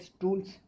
tools